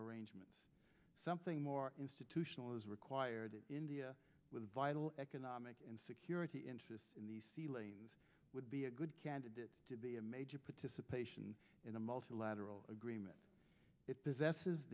arrangements something more institutional is required that india with vital economic and security interests in the sea lanes would be a good candidate to be a major participation in a multilateral agreement it possesses